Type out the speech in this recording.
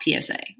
PSA